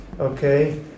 Okay